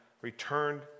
returned